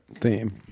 theme